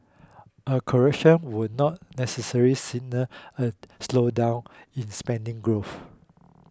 a correction would not necessarily signal a slowdown in spending growth